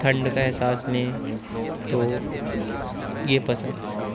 ٹھنڈ کا احساس لیں تو یہ پسند ہے